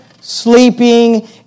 sleeping